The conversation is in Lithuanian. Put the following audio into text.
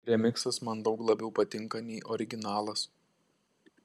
remiksas man daug labiau patinka nei originalas